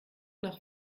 nach